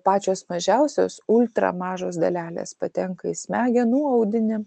pačios mažiausios ultra mažos dalelės patenka į smegenų audinį